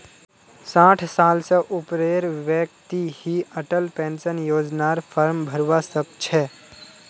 साठ साल स ऊपरेर व्यक्ति ही अटल पेन्शन योजनार फार्म भरवा सक छह